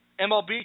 MLB